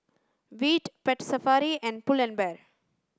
Veet Pet Safari and Pull and Bear